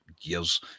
years